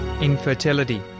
Infertility